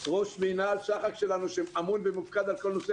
ראש מינהל שח"ק שלנו שאמון ומופקד על כל נושא